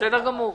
--- בסדר גמור.